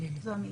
זו המילה.